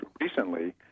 recently